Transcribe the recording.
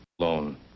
Alone